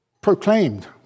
proclaimed